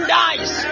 dies